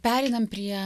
pereinam prie